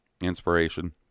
inspiration